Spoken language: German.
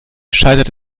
scheitert